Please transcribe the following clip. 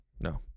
No